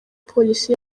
polisi